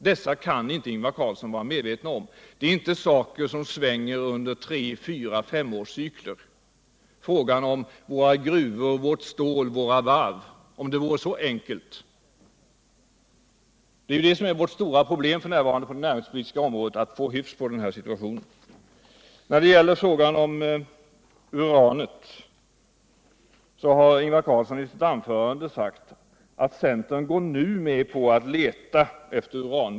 Detta kan inte Ingvar Carlsson vara omedveten om. Det är inte någonting som svänger under tre-, fyra och femårscykler — frågan om våra gruvor, vårt stål, våra varv. Om det vore så enkelt! Vårt stora problem f. n. på det näringspolitiska området är ju att få hyfs på den här situationen. Nir det gäller frågan om uranet har Ingvar Carlsson i sitt anförande sagt att centern nu går med på att leta efter uran.